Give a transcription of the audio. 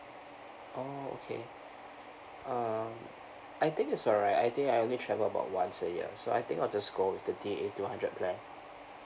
oh okay um I think it's alright I think I only travel about once a year so I think I'll just go with the D_A two hundred plan